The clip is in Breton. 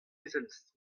smith